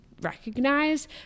recognize